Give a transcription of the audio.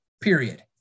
period